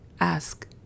Ask